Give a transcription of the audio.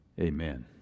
Amen